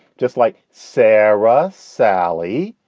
just like sarah, sally,